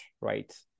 right